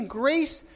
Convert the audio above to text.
grace